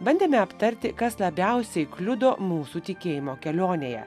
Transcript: bandėme aptarti kas labiausiai kliudo mūsų tikėjimo kelionėje